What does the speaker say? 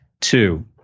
Two